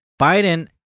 Biden